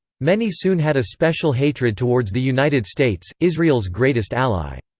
many soon had a special hatred towards the united states, israel's greatest ally.